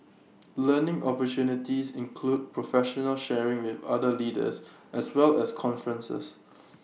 learning opportunities include professional sharing with other leaders as well as conferences